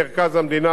ובשאר המקומות,